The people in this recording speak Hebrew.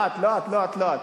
חלילה, לא את, לא את.